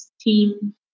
team